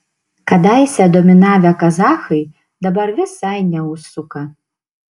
kadaise dominavę kazachai dabar visai neužsuka